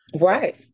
Right